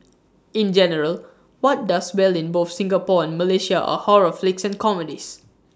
in general what does well in both Singapore and Malaysia are horror flicks and comedies